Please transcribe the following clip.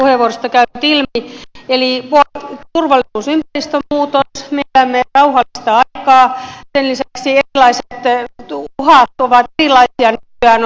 sen lisäksi uhat ovat erilaisia nykyään on tietoturvauhkia ympäristöuhkia jotka ovat paljon suurempia ja sen lisäksi tämä koulutettava miesikäluokkakin pienenee